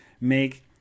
make